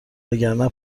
وگرنه